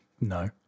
No